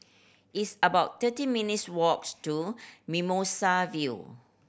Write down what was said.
it's about thirty minutes walks to Mimosa View